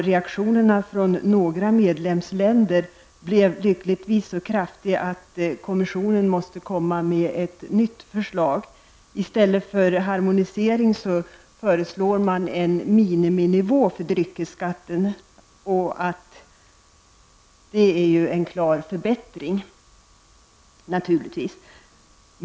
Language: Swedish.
Reaktionen från några medlemsländer blev lyckligtvis så kraftig att kommissionen måste komma med ett nytt förslag. I stället för harmonisering föreslår man en miniminivå för dryckesskatten. Det är naturligtvis en klar förbättring.